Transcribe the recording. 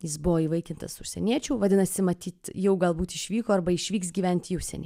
jis buvo įvaikintas užsieniečių vadinasi matyt jau galbūt išvyko arba išvyks gyventi į užsienį